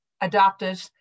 adopted